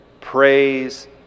Praise